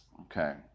okay